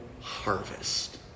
harvest